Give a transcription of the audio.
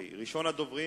ראשון הדוברים,